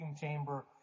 chamber